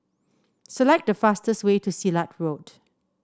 select the fastest way to Silat Road